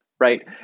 Right